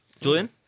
Julian